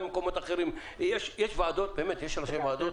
יש ראשי ועדות